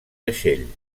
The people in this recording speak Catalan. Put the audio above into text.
vaixell